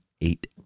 eight